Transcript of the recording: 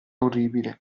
orribile